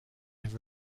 have